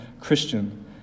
Christian